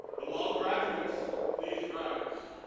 will all graduates please rise?